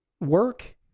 work